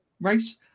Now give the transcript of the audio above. race